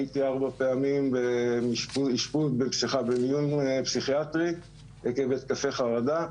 הייתי ארבע פעמים במיון פסיכיאטרי עקב התקפי חרדה.